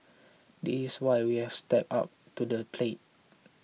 this is why we have stepped up to the plate